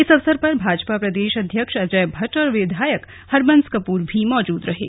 इस अवसर पर भाजपा प्रदेश अध्यक्ष अजय भट्ट और विधायक हरबंस कपूर भी मौजूद थे